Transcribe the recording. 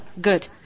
Good